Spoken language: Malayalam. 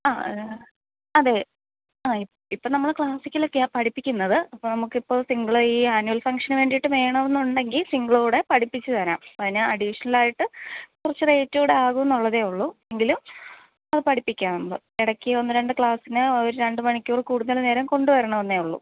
ആ അതെ ആ ഇപ്പോള് നമ്മള് ക്ലാസിക്കലൊക്കെയാണു പഠിപ്പിക്കുന്നത് അപ്പോള് നമുക്കിപ്പോള് സിമ്പിളീ ഈ ആനുവൽ ഫങ്ഷനു വേണ്ടിയിട്ട് വേണമെന്നുണ്ടെങ്കില് സിങ്ക്ളൂടെ പഠിപ്പിച്ചുതരാം അതിന് അഡീഷ്ണലായിട്ട് കുറച്ച് റേറ്റുകൂടെ ആകുമെന്നുള്ളതേയുള്ളു എങ്കിലും അത് പഠിപ്പിക്കാം നമ്മള് ഇടയ്ക്ക് ഒന്ന് രണ്ട് ക്ലാസ്സിന് ഒരു രണ്ടു മണിക്കൂർ കൂടുതൽ നേരം കൊണ്ടുവരണമെന്നേയുള്ളു